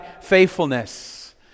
Faithfulness